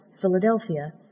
Philadelphia